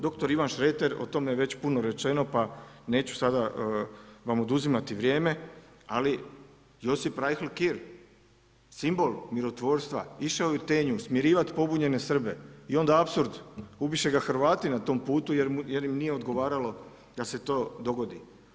Dr. Ivan Šreter, o tome je već puno rečeno pa neću sada vam oduzimati vrijeme, ali Josip Rajhl Kier, simbol mirotvorca išao je u … smirivat pobunjene Srbe i onda apsurd ubiše ga Hrvati na tom putu jer im nije odgovaralo da se to dogodi.